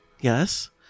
Yes